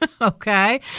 Okay